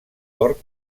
port